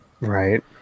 Right